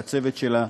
ולצוות שלה,